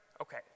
Okay